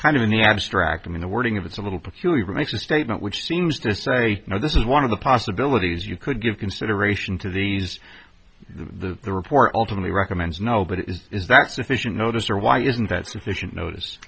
kind of in the abstract i mean the wording of it's a little peculiar makes a statement which seems to say now this is one of the possibilities you could give consideration to these the the report ultimately recommends no but it is is that sufficient notice or why isn't that sufficient notice